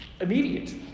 immediate